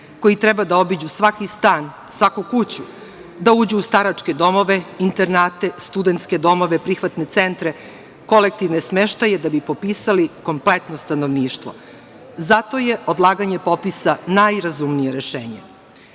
koji treba da obiđu svaki stan, svaku kuću, da uđu u staračke domove, internate, studentske domove, prihvatne centre, kolektivne smeštaje da bi popisali kompletno stanovništvo. Zato je odlaganje popisa najrazumnije rešenje. Koliko